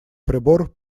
прибор